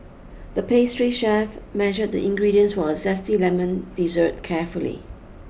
the pastry chef measured the ingredients for a zesty lemon dessert carefully